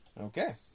Okay